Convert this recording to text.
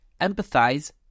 empathize